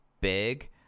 big